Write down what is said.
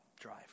Drive